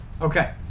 Okay